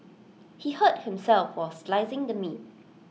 he hurt himself while slicing the meat